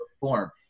perform